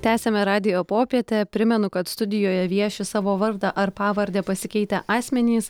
tęsiame radijo popietę primenu kad studijoje vieši savo vardą ar pavardę pasikeitę asmenys